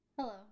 Hello